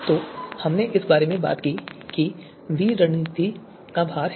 तो हमने इस बारे में बात की कि v रणनीति का भार है